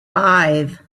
five